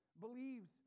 Believes